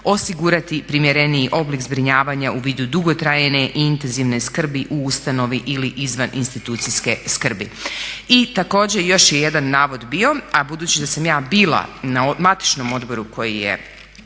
osigurati primjereniji oblik zbrinjavanja u vidu dugotrajne i intenzivne skrbi u ustanovi ili izvan institucijske skrbi. I također, još je jedan navod bio, a budući da sam ja bila na matičnom odboru koji je